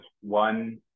one